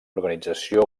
organització